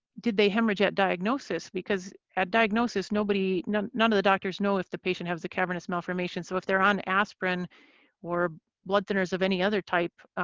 did they hemorrhage at diagnosis? because at diagnosis, none none of the doctors know if the patient has the cavernous malformation. so if they're on aspirin or blood thinners of any other type,